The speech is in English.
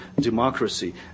democracy